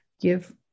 give